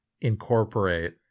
incorporate